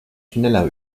schneller